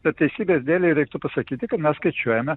tad teisybės dėlei reiktų pasakyti kad mes skaičiuojame